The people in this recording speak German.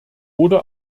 oder